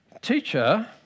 Teacher